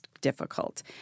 difficult